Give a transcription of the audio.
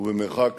ובמרחק